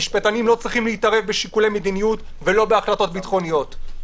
משפטנים לא צריכים להתערב בשיקולי מדיניות ולא בהחלטות ביטחוניות.